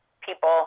people